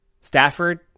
Stafford